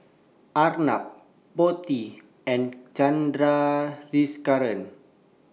Arnab Potti and Chandrasekaran